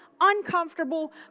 uncomfortable